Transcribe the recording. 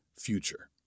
future